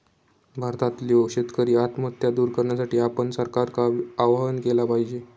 भारतातल्यो शेतकरी आत्महत्या दूर करण्यासाठी आपण सरकारका आवाहन केला पाहिजे